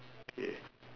yeah